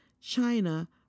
China